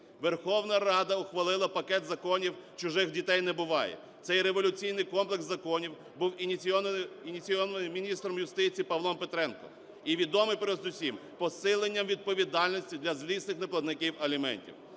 Верховна Рада ухвалила пакет законів "Чужих дітей не буває". Цей революційний комплекс законів був ініційований міністром юстиції Павлом Петренком і відомий передусім посиленням відповідальності для злісних неплатників аліментів.